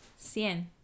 Cien